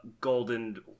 Golden